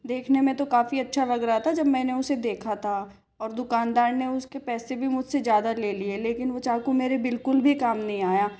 देखने में तो काफ़ी अच्छा लग रहा था जब मैंने उसे देखा था और दुकानदार ने उसके पैसे भी मुझसे ज़्यादा ले लिए लेकिन वो चाकू मेरे बिल्कुल भी काम नहीं आया